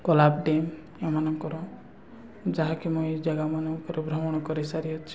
କଲାପ୍ dam ଏମାନଙ୍କର ଯାହାକି ମୁଁ ଏଇ ଜାଗାମାନଙ୍କରେ ଭ୍ରମଣ କରିସାରିଅଛି